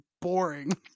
boring